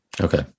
Okay